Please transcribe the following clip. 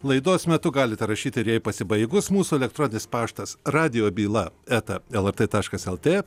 laidos metu galite rašyti ir jai pasibaigus mūsų elektroninis paštas radijo byla eta lrt taškas lt